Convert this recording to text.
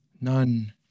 none